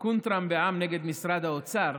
קונטרם בע"מ נ' משרד האוצר: